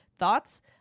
thoughts